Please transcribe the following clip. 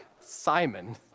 simon